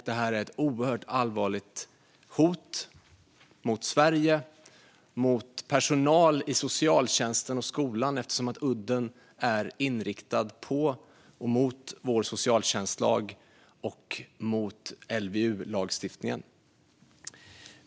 Det här är ett oerhört allvarligt hot mot Sverige och mot personal i socialtjänsten och skolan, eftersom udden är riktad mot vår socialtjänstlag och LVU-lagstiftningen.